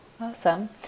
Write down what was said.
Awesome